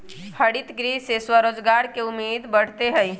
हरितगृह से स्वरोजगार के उम्मीद बढ़ते हई